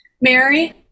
Mary